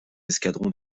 escadrons